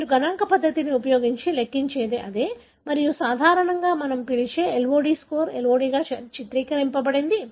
మీరు గణాంక పద్ధతిని ఉపయోగించి లెక్కించేది అదే మరియు సాధారణంగా మనం పిలిచే LOD స్కోర్ LOD గా చిత్రీకరించబడింది